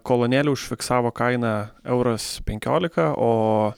kolonėlė užfiksavo kainą euras penkiolika o